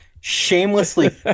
shamelessly